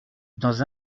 dans